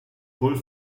paul